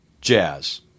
Jazz